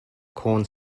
corn